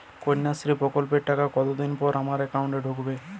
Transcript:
কন্যাশ্রী প্রকল্পের টাকা কতদিন পর আমার অ্যাকাউন্ট এ ঢুকবে?